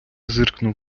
зиркнув